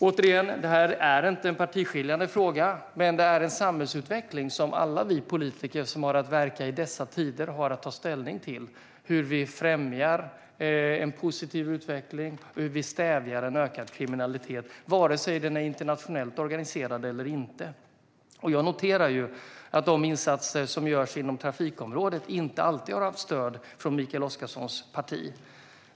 Återigen: Det här är inte en partiskiljande fråga, men det sker en samhällsutveckling som alla vi politiker som har att verka i dessa tider har att ta ställning till - hur främjar vi en positiv utveckling, och hur stävjar vi en ökad kriminalitet, vare sig den är internationellt organiserad eller inte? Jag noterar att de insatser som görs inom trafikområdet inte alltid har haft stöd från Mikael Oscarssons parti.